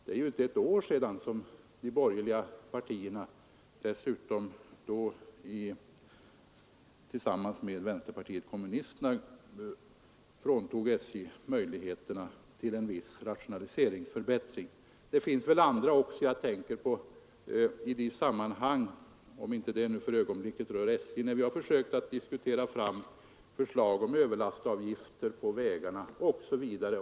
Det är ju inte ett år sedan som de borgerliga partierna tillsammans med vänsterpartiet kommunisterna fråntog SJ en möjlighet till en viss rationaliseringsförbättring. Det finns även andra exempel. Jag tänker på de tillfällen — även om det nu inte för ögonblicket rör SJ — när vi försökt diskutera fram förslag om överlastavgifter osv.